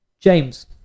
James